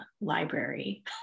library